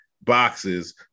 boxes